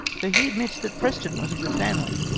for he admits that preston was of good family,